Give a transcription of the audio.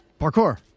Parkour